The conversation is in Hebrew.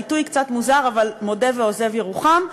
העיתוי קצת מוזר, אבל מודה ועוזב ירוחם.